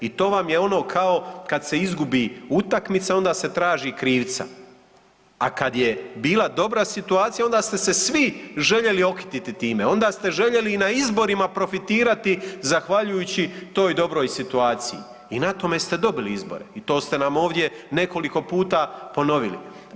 I to vam je ono kao kad se izgubi utakmica onda se traži krivca, a kad je bila dobra situacija onda ste se svi željeli okititi time, onda ste željeli i na izborima profitirati zahvaljujući toj dobroj situaciji i na tome ste dobili izbore i to ste nam ovdje nekoliko puta ponovili.